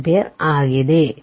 25ampere ಆಗಿದೆ